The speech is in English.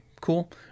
cool